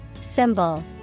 Symbol